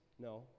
No